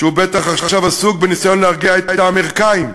שבטח עסוק עכשיו בלהרגיע את האמריקנים,